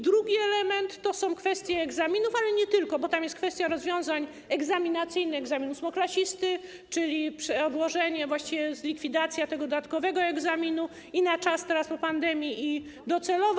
Drugi element to są kwestie egzaminów, ale nie tylko, bo tam jest kwestia rozwiązań egzaminacyjnych, egzaminu ósmoklasisty, czyli odłożenie, właściwie likwidacja tego dodatkowego egzaminu na czas po pandemii i docelowo.